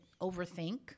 overthink